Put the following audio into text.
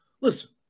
Listen